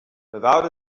without